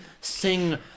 sing